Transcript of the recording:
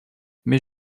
mais